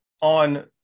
on